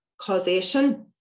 causation